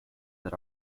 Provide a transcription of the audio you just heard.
that